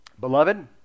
Beloved